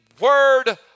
word